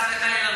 חס וחלילה,